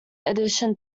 addition